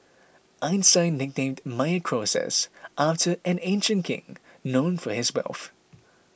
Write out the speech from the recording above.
Einstein nicknamed Meyer Croesus after an ancient king known for his wealth